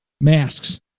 Masks